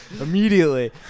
immediately